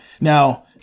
now